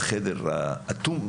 בחדר האטום,